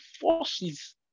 forces